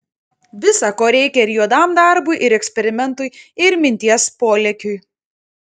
visa ko reikia ir juodam darbui ir eksperimentui ir minties polėkiui